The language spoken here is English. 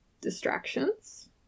distractions